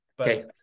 Okay